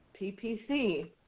PPC